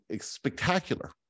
spectacular